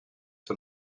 sur